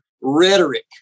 rhetoric